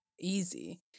easy